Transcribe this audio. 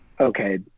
okay